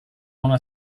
una